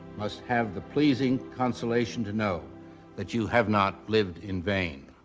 must have the pleasing consolation to know that you have not lived in vain.